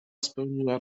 spełniła